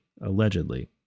allegedly